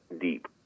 deep